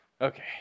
Okay